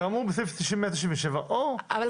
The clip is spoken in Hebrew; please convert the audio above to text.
כאמור בסעיף 197 או --- לא, אין צורך.